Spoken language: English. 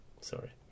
Sorry